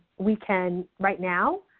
we can right now,